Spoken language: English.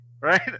right